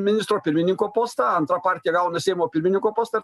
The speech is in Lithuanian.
ministro pirmininko postą antra partija gauna seimo pirmininko postą ir